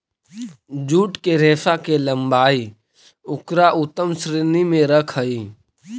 jute के रेशा के लम्बाई उकरा उत्तम श्रेणी में रखऽ हई